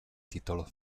titolo